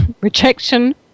rejection